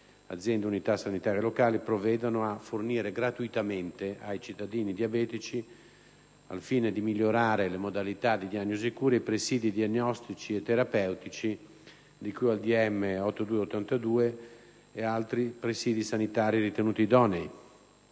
le aziende unità sanitarie locali, provvedano a fornire gratuitamente ai cittadini diabetici, al fine di migliorare le modalità di diagnosi e cura, i presìdi diagnostici e terapeutici di cui al decreto del Ministro della sanità